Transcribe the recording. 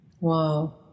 Wow